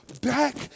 back